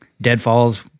deadfalls